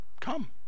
come